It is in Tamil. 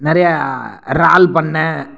நிறையா இறால் பண்ணை